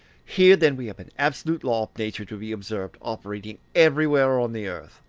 here then we have an absolute law of nature to be observed operating everywhere on the earth,